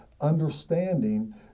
understanding